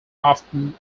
often